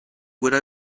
would